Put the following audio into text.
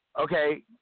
okay